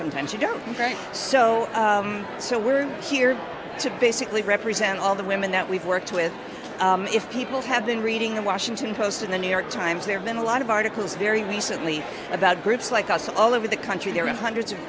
sometimes you don't write so so we're here to basically represent all the women that we've worked with if people have been reading the washington post and the new york times there been a lot of articles very recently about groups like us all over the country there are hundreds of